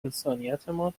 انسانیتمان